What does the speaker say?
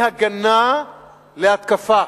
מהגנה להתקפה.